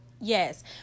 Yes